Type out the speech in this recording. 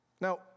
Now